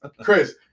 Chris